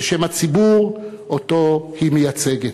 בשם הציבור שאותו היא מייצגת.